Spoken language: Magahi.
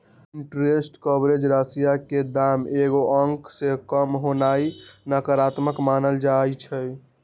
इंटरेस्ट कवरेज रेशियो के दाम एगो अंक से काम होनाइ नकारात्मक मानल जाइ छइ